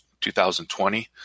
2020